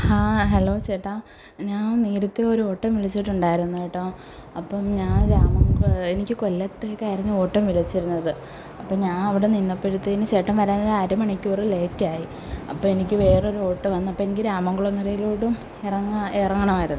hello ചേട്ടാ ഞാൻ നേരത്തെ ഒരു ഓട്ടം വിളിച്ചിട്ടുണ്ടായിരുന്നു കേട്ടോ അപ്പം ഞാൻ രാമൻ എനിക്ക് കൊല്ലത്തേക്കായിരുന്നു ഓട്ടം വിളിച്ചിരുന്നത് അപ്പോൾ ഞാൻ അവടെ നിന്നപ്പോഴത്തേന് ചേട്ടൻ വരാൻ അരമണിക്കൂർ ലേറ്റായി അപ്പോൾ എനിക്ക് വേറൊരു ഓട്ടോ വന്നപ്പോൾ എനിക്ക് രാമൻകുളങ്ങരയിലോട്ടും ഇറങ്ങാൻ ഇറങ്ങണമായിരുന്നു